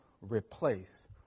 replace